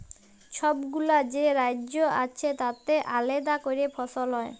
ছবগুলা যে রাজ্য আছে তাতে আলেদা ক্যরে ফসল হ্যয়